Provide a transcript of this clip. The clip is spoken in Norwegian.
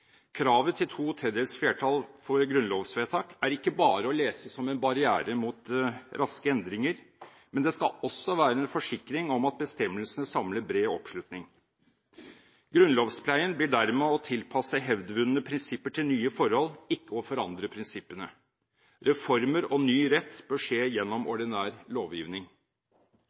Kravet til ⅔ flertall for grunnlovsvedtak er ikke bare å lese som en barriere mot raske endringer, men det skal også være en forsikring om at bestemmelsene samler bred oppslutning. Grunnlovspleien blir dermed å tilpasse hevdvunne prinsipper til nye forhold, ikke å forandre prinsippene. Reformer og ny rett bør skje gjennom ordinær lovgivning.